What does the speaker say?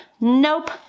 Nope